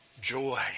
Joy